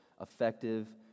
effective